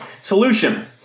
solution